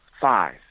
five